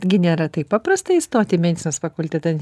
gi nėra taip paprasta įstoti į medicinos fakultetą